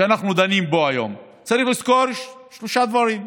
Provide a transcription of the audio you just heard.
שאנחנו דנים בו היום, צריך לזכור שלושה דברים: